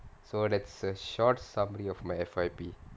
so that's a short summary of my F_Y_P